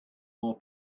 more